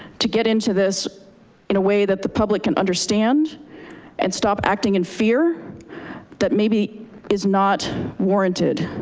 to get into this in a way that the public can understand and stop acting in fear that maybe is not warranted,